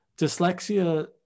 dyslexia